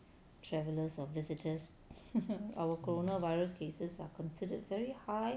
travellers or visitors our coronavirus cases are considered very high